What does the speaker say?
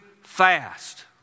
fast